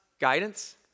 guidance